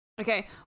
Okay